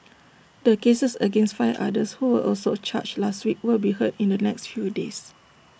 the cases against five others who were also charged last week will be heard in the next few days